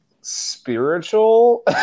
spiritual